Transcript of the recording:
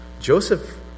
Joseph